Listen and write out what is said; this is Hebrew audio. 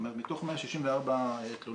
זאת אומרת מתוך 164 תלונות